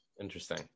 Interesting